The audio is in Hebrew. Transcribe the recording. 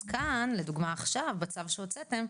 אז כאן לדוגמא, עכשיו -בצו שהוצאתם,